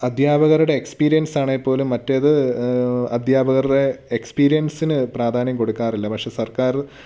അദ്ധ്യാപകരുടെ എക്സ്പീരിയൻസാണെ പോലും മറ്റേത് അദ്ധ്യാപകരുടെ എക്സ്പീരിയൻസിനു പ്രാധാന്യം കൊടുക്കാറില്ല പക്ഷേ സർക്കാർ